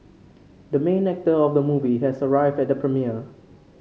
the main actor of the movie has arrived at the premiere